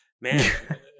Man